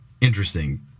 interesting